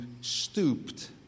stooped